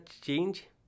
change